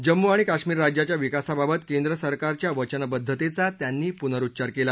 जम्मू आणि काश्मीर राज्याच्या विकासाबाबत केंद्र सरकारच्या वचनबद्धतेचा त्यांनी पुनरुच्चार केला